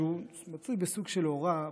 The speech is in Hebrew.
שהוא מצוי בסוג של אורה,